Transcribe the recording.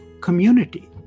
community